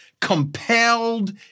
compelled